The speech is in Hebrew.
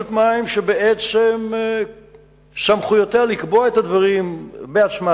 מים שבעצם סמכויותיה לקבוע את הדברים בעצמה,